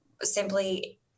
simply